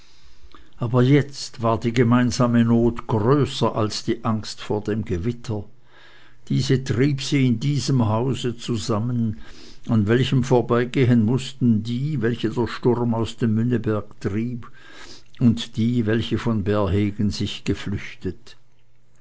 aber jetzt war die gemeinsame not größer als die angst vor dem gewitter diese trieb sie in diesem hause zusammen an welchem vorbeigehen mußten die welche der sturm aus dem münneberg trieb und die welche von bärhegen sich geflüchtet